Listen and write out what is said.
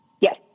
Yes